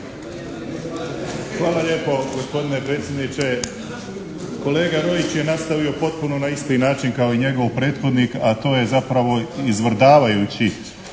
Hvala lijepo, gospodine predsjedniče. Kolega Roić je nastavio potpuno na isti način kao i njegov prethodnih a to je zapravo izvrdavajući